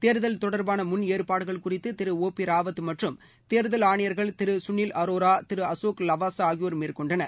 தேர்தல் தொடர்பான முன் ஏற்பாடுகள் குறித்து திரு ஒ பி ராவத் மற்றும் தேர்தல் ஆணையர்கள் திரு சுணில் அரோரா திரு அசோக் லவாசா ஆகியோர் மேற்கொண்டனர்